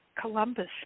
Columbus